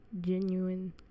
genuine